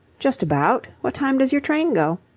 just about. what time does your train go?